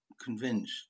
convinced